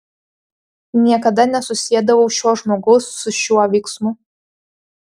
niekada nesusiedavau šio žmogaus su šiuo veiksmu